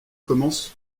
commencent